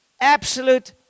absolute